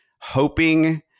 hoping